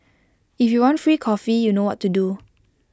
if you want free coffee you know what to do